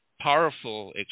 powerful